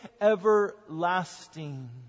everlasting